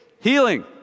healing